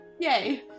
Yay